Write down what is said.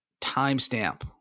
timestamp